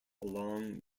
along